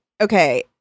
okay